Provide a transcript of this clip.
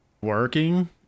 working